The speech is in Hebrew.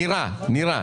כן, גם סיגריות.